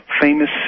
famous